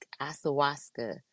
ayahuasca